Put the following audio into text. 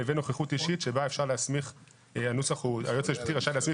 לבין נוכחות אישית שבה הנוסח הוא: היועץ המשפטי רשאי להסמיך